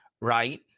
right